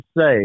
say